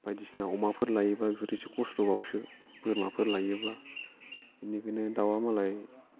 बायदिसिना अमाफोर लायोबा बेफोरो एसे कस्त'बावसो बोरमाफोर लायोबा बेनिखायनो दाउआ मालाय